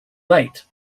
late